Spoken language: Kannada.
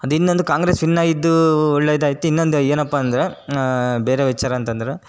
ಅದು ಇನ್ನೊಂದು ಕಾಂಗ್ರೆಸ್ ವಿನ್ನಾಗಿದ್ದು ಒಳ್ಳೆಯದೆ ಆಯಿತು ಇನ್ನೊಂದು ಏನಪ್ಪ ಅಂದರೆ ಬೇರೆ ವಿಚಾರ ಅಂತಂದರೆ